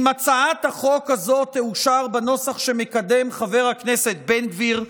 אם הצעת החוק הזאת תאושר בנוסח שמקדם חבר הכנסת בן גביר,